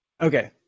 Okay